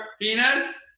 penis